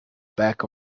back